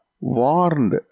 warned